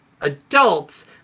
adults